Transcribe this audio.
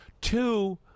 Two